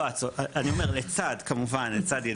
לא אני אומר לצד כמובן לצד,